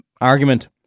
argument